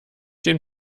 den